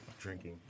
drinking